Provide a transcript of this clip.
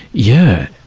yeah.